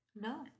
No